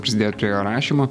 prisidėjot prie jo rašymo